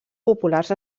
populars